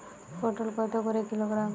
পটল কত করে কিলোগ্রাম?